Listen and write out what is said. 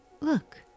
Look